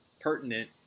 pertinent